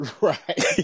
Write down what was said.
Right